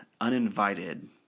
Uninvited